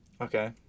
Okay